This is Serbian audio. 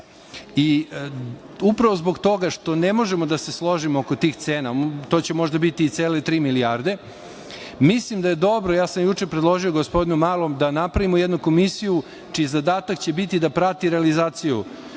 EKSPO-a. Upravo zbog toga što ne možemo da se složimo oko tih cena, to će možda biti i cele tri milijarde, mislim da je dobro, ja sam juče predložio gospodinu Malom, da napravimo jednu komisiju čiji zadatak će biti da prati realizaciju